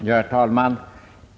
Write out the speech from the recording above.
Herr talman!